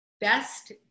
best